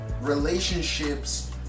relationships